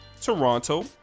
Toronto